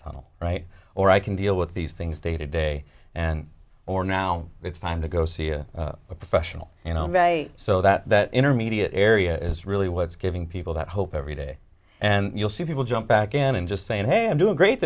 tunnel right or i can deal with these things day to day and or now it's time to go see a professional you know my so that that intermediate area is really what's giving people that hope every day and you'll see people jump back in and just saying hey i'm doing great